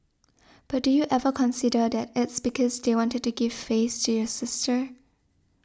but do you ever consider that it's because they wanted to give face to your sister